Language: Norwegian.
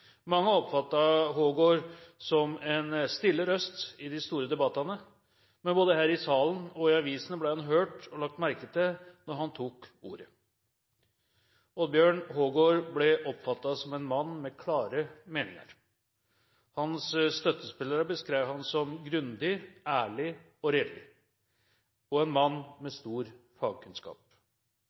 Mange oppfattet Hågård som en stille røst i de store debattene, men både her i salen og i avisene ble han hørt og lagt merke til når han tok ordet. Oddbjørn Hågård ble oppfattet som en mann med klare meninger. Hans støttespillere beskrev ham som «grundig, ærlig og redelig. En mann med stor fagkunnskap».